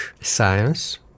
science